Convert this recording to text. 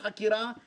חבר הכנסת משה גפני,